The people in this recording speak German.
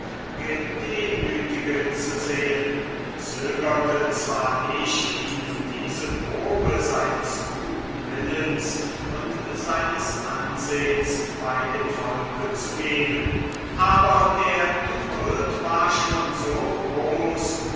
gedemütigt zu sehen zögerte zwar nicht ihnen die probe seines guten willens und seines ansehens bei dem volke zu geben aber der tumult war schon so groß